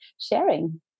sharing